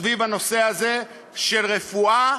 סביב הנושא הזה של רפואה,